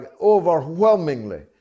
overwhelmingly